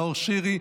נאור שירי,